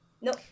No